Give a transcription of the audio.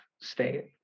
state